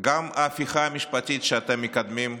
גם ההפיכה המשפטית שאתם מקדמים,